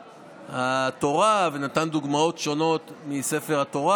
התורה ונתן דוגמאות שונות מספר התורה.